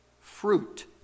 fruit